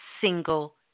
single